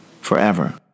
forever